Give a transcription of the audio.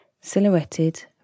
silhouetted